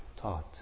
taught